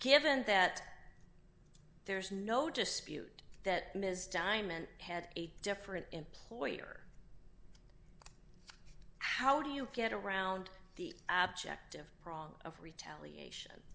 given that there's no dispute that ms diamond had a different employer how do you get around the object of prong of retaliation